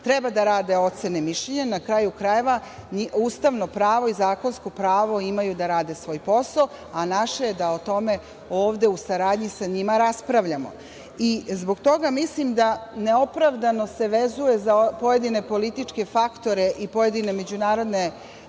treba da rade ocene mišljenja. Na kraju krajeva, ustavno pravo i zakonsko pravo imaju da rade svoj posao, a naše je da o tome ovde u saradnji sa njima raspravljamo. Zbog toga mislim da se neopravdano vezuje za pojedine političke faktore i pojedine međunarodne